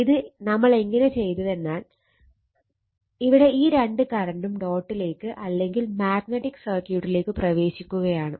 ഇത് നമ്മൾ എങ്ങനെ ചെയ്തുവെന്നാൽ ഇവിടെ ഈ രണ്ട് കറണ്ടും ഡോട്ടിലേക്ക് അല്ലെങ്കിൽ മാഗ്നറ്റിക് സർക്യൂട്ടിലേക്ക് പ്രവേശിക്കുകയാണ്